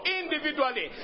individually